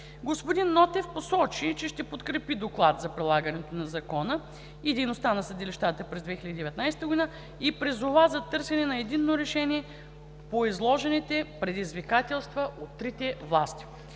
Господин Нотев посочи, че ще подкрепи Доклада за прилагането на закона и за дейността на съдилищата през 2019 г. и призова за търсене на единно решение по изложените предизвикателства от трите власти.